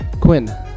Quinn